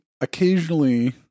occasionally